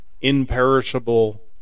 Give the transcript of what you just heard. imperishable